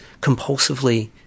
compulsively